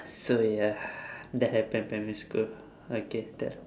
so ya that happened in primary school okay done